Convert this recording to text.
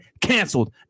canceled